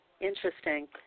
interesting